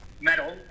metal